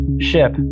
ship